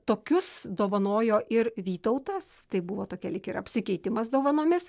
tokius dovanojo ir vytautas tai buvo tokia lyg ir apsikeitimas dovanomis